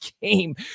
game